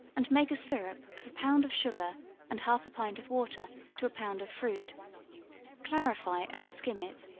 and make a syrup of a pound of sugar and half a pint of water to a pound of fruit clarify and skim it,